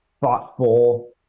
thoughtful